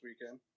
weekend